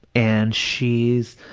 and she is,